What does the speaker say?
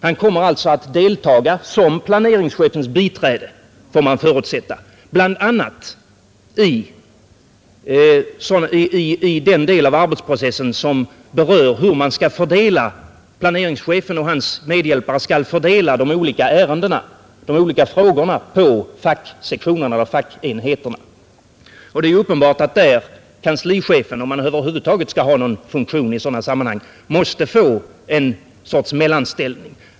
Han kommer att delta som planeringschefens biträde, får man förutsätta, bl.a. i den del av arbetsprocessen som berör hur planeringschefen och hans medhjälpare skall fördela de olika frågorna på fackenheterna. Det är uppenbart att kanslichefen, om han över huvud taget skall ha någon funktion i sådana sammanhang, måste få en sorts mellanställning.